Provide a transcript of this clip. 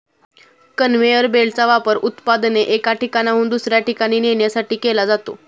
conveyor बेल्टचा वापर उत्पादने एका ठिकाणाहून दुसऱ्या ठिकाणी नेण्यासाठी केला जातो